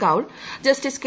Kaul justice K